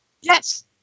yes